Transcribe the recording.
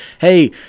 hey –